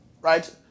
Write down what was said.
right